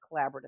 collaborative